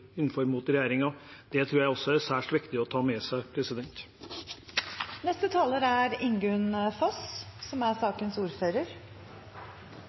inne mot regjeringen. Det tror jeg også er særs viktig å ta med seg. Norsk landbrukspolitikk har fire overordnede mål. Det er